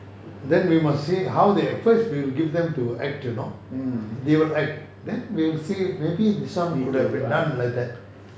then we must see how they act first we'll give them to act you know they will act then we'll see maybe this [one] should be done like that